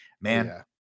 man